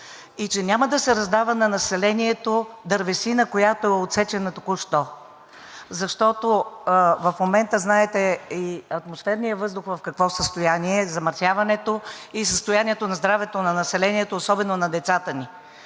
и че няма да се раздава на населението дървесина, която е отсечена току-що. В момента знаете в какво състояние е атмосферният въздух, замърсяването и състоянието на здравето на населението особено на децата ни.